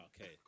Okay